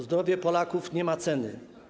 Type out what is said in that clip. Zdrowie Polaków nie ma ceny.